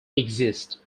exist